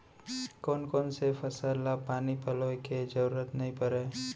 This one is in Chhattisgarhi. कोन कोन से फसल ला पानी पलोय के जरूरत नई परय?